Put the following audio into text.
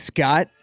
Scott